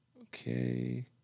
Okay